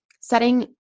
setting